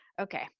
okay